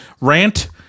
rant